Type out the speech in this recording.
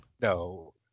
No